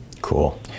Cool